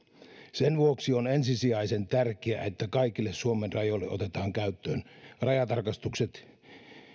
sen vuoksi on ensisijaisen tärkeää että kaikille suomen rajoille otetaan käyttöön rajatarkastukset